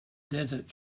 desert